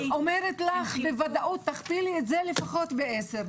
אני אומרת לך בוודאות שתכפילי את המספר לפחות בעשר.